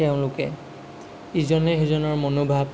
তেওঁলোকে ইজনে সিজনৰ মনোভাৱ